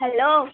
hello